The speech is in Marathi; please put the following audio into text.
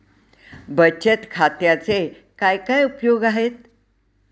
बचत खात्याचे काय काय उपयोग आहेत?